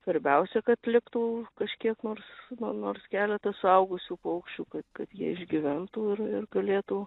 svarbiausia kad liktų kažkiek nors nors keletas suaugusių paukščių kad kad jie išgyventų ir ir galėtų